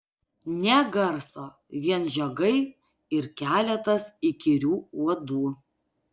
nė garso vien žiogai ir keletas įkyrių uodų